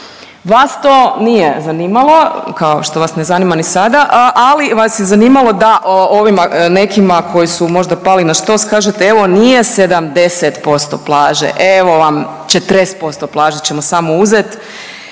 vas to nije zanimalo kao što vas ne zanima ni sada, ali vas je zanimalo da ovima nekima koji su možda pali na štos evo nije 70% plaže, evo vam 40% plaže ćemo samo uzeti